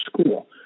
school